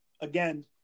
again